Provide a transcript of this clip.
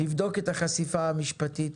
לבדוק את החשיפה המשפטית